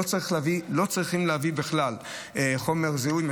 לא צריכים להביא בכלל חומר זיהוי,